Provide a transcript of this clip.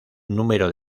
número